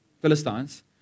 Philistines